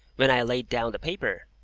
when i laid down the paper,